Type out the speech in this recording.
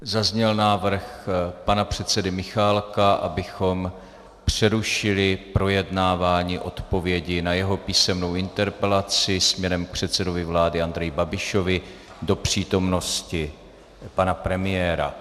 Zazněl návrh pana předsedy Michálka, abychom přerušili projednávání odpovědi na jeho písemnou interpelaci směrem k předsedovi vlády Andreji Babišovi do přítomnosti pana premiéra.